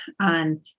on